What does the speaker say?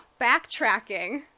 backtracking